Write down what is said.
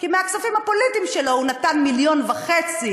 כי מהכספים הפוליטיים שלו הוא נתן מיליון וחצי